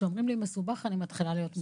כשאומרים לי "מסובך", אני מתחילה להיות מודאגת.